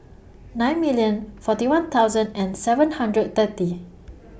nine million forty one thousand and seven hundred thirty